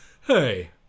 hey